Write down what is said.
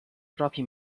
propri